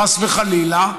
חס וחלילה,